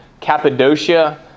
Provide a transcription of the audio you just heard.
Cappadocia